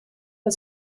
but